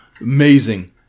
amazing